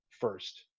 first